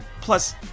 Plus